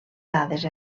dades